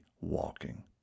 walking